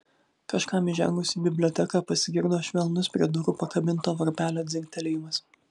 kažkam įžengus į biblioteką pasigirdo švelnus prie durų pakabinto varpelio dzingtelėjimas